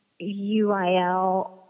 UIL